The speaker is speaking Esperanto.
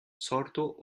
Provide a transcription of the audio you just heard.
sorto